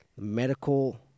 medical